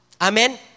Amen